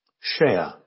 Share